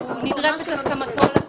נדרשת הסכמתו לתיקון,